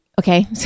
Okay